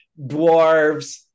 dwarves